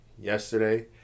yesterday